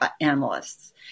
analysts